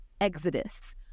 exodus